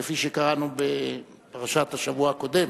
כפי שקראנו בפרשת השבוע הקודם,